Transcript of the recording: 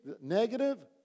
negative